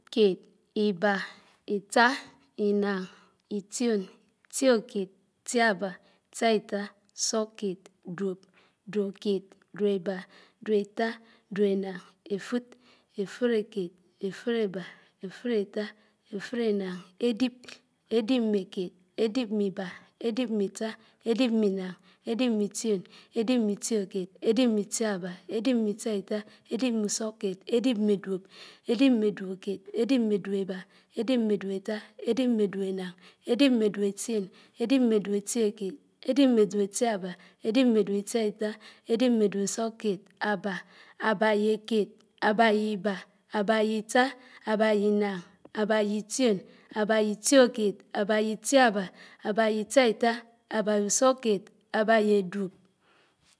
Kéd íbá ítá ínáñ ítíòn ítíókéd ítíábá ítíáítá úsúkéd dùób, dúóbébá dúóbétá dúóbénáń éfúd éfúdékéd éfúdébá éfúdétá éfúdénánáñ édíb édíbmékéd édíbméibá édibméitiáitá édibméúsúkéd édibmédúób édibmédúóbókéd édibmédúóbébá édibmédúóbétá édíbmédúóbénáń édibmédúóbétióñ édibmédúóbétiókéd édibmédúóbétiábá édibmédúóbitiáitá édibmédúóbúsúkéd ábá ábáyékéd ábáyéibá ábáyéitá ábáyéináñ ábáyéitión ábáyéitióké ábáyéitiábá ábáyéitiáitá ábáyéúsúkéd ábáyédúób